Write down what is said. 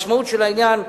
משמעות העניין,